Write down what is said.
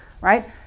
right